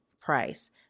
price